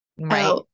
Right